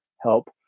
help